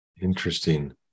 Interesting